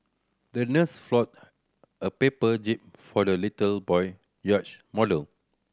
the nurse folded a paper jib for the little boy yacht model